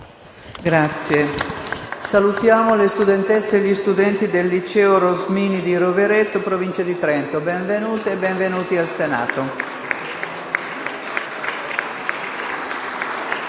Salutiamo le studentesse e gli studenti del Liceo «Antonio Rosmini» di Rovereto, in provincia di Trento. Benvenute e benvenuti al Senato.